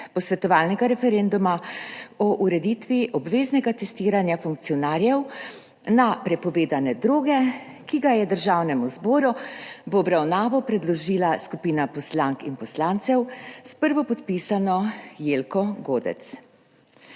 posvetovalnega referenduma o ureditvi obveznega testiranja funkcionarjev na prepovedane droge, ki ga je Državnemu zboru v obravnavo predložila skupina poslank in poslancev s prvopodpisano Jelko Godec.